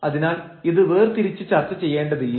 അതിനാൽ ഇത് വേർതിരിച്ച് ചർച്ച ചെയ്യേണ്ടതില്ല